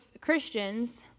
Christians